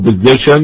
position